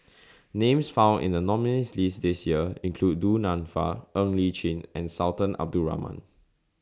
Names found in The nominees' list This Year include Du Nanfa Ng Li Chin and Sultan Abdul Rahman